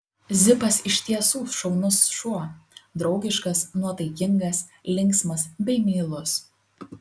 zipas iš tiesų šaunus šuo draugiškas nuotaikingas linksmas bei meilus